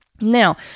Now